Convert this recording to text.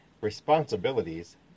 responsibilities